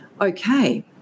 Okay